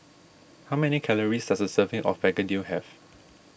how many calories does a serving of Begedil have